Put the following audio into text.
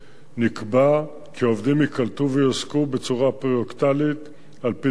נקבע כי העובדים ייקלטו ויועסקו פרויקטלית על-פי דרישות